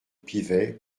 pivet